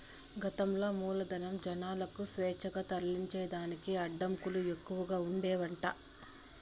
గతంల మూలధనం, జనాలకు స్వేచ్ఛగా తరలించేదానికి అడ్డంకులు ఎక్కవగా ఉండేదట